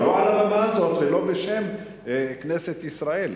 לא על הבמה הזאת ולא בשם כנסת ישראל.